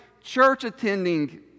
church-attending